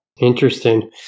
Interesting